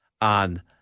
on